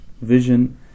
vision